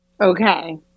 Okay